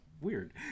weird